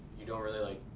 you don't really like,